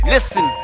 Listen